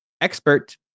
expert